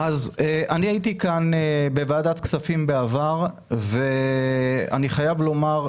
אני הייתי כאן בוועדת כספים בעבר ואני חייב לומר,